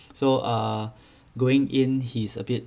so err going in he's a bit